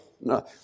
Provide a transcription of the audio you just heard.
No